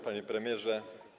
Panie Premierze!